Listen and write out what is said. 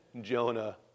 Jonah